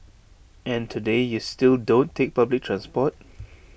and today you still don't take public transport